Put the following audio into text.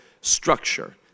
structure